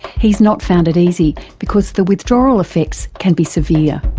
he has not found it easy because the withdrawal effects can be severe.